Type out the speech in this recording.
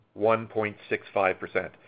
1.65%